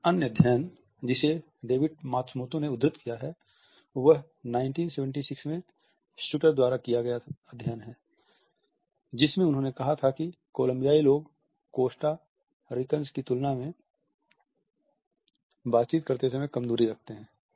एक अन्य अध्ययन जिसे डेविड मात्सुमोतो ने उद्धृत किया है वह 1976 में शुटर द्वारा किया गया अध्ययन है जिसमें उन्होंने कहा था कि कोलम्बियाई लोग कोस्टा रिकन्स की तुलना में बातचीत करते समय कम दूरी रखते है